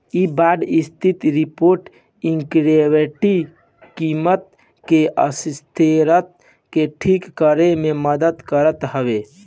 इ बांड स्थिर return equity कीमत के अस्थिरता के ठीक करे में मदद करत हवे